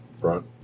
front